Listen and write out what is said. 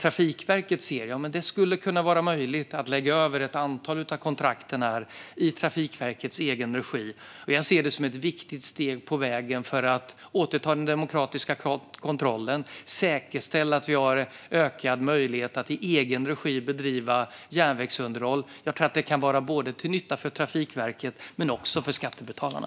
Trafikverket ser att det skulle kunna vara möjligt att lägga över ett antal av kontrakten till att vara i Trafikverkets egen regi. Jag ser det som ett viktigt steg på vägen för att återta den demokratiska kontrollen och säkerställa ökad möjlighet att i egen regi bedriva järnvägsunderhåll. Jag tror att det kan vara till nytta både för Trafikverket och för skattebetalarna.